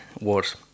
wars